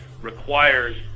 requires